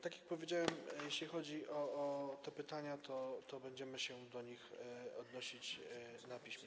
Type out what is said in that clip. Tak jak powiedziałem, jeśli chodzi o te pytania, to będziemy się do nich odnosić na piśmie.